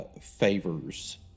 favors